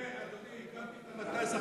אני במקרה,